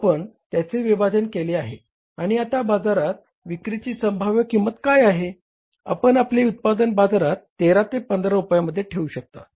आपण त्याचे विभाजन केले आहे आणि आता बाजारात विक्रीची संभाव्य किंमत काय आहे आपण आपले उत्पादन बाजारात 13 ते 15 रुपयांमध्ये ठेवू शकता